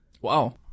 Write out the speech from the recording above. Wow